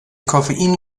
koffein